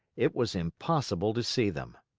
it was impossible to see them.